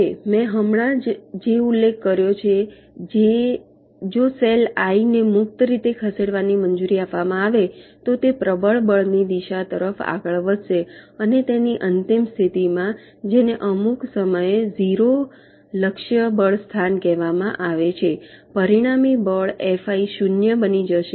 હવે મેં હમણાં જ જે ઉલ્લેખ કર્યો છે જો સેલ આઈ ને મુક્ત રીતે ખસેડવાની મંજૂરી આપવામાં આવે તો તે પ્રબળ બળ ની દિશા તરફ આગળ વધશે અને તેની અંતિમ સ્થિતિમાં જેને અમુક સમયે 0 બળ લક્ષ્ય સ્થાન કહેવામાં આવે છે પરિણામી બળ એફઆઈ શૂન્ય બની જશે